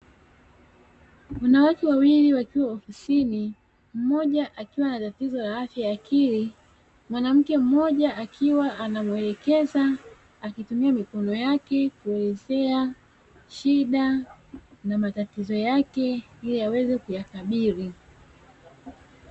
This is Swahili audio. Wanawake wawili wakiwa ofisini mmoja akiwa na tatizo la afya ya akili, mwanamke mmoja akiwa anamuelekeza akitumia mikono yake kuelezea shida na matatizo yake ili aweze kuyakabili.